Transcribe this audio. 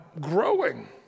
Growing